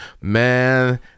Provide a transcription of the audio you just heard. Man